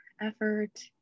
effort